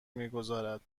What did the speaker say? میگذارد